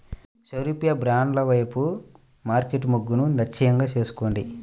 సారూప్య బ్రాండ్ల వైపు మార్కెట్ మొగ్గును లక్ష్యంగా చేసుకోండి